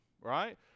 right